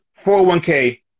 401k